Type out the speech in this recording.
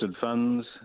funds